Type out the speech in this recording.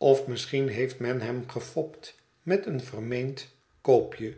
of misschien heeft men hem gefopt met een vermeend koopje